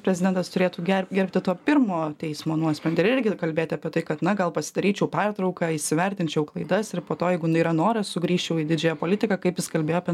prezidentas turėtų gerb gerbti to pirmo teismo nuosprendį ir irgi kalbėti apie tai kad na gal pasidaryčiau pertrauką įsivertinčiau klaidas ir po to jeigu yra noras sugrįžčiau į didžiąją politiką kaip jis kalbėjo apie